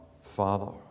Father